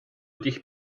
dich